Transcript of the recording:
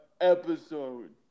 episode